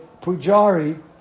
pujari